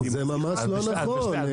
זה ממש לא נכון.